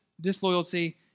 disloyalty